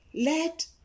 let